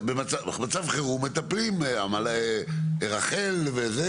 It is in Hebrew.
במצב חירום מטפלים רחל וזה,